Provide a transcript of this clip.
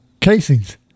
casings